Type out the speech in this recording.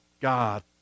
God